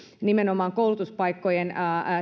nimenomaan koulutuspaikkojen